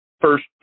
first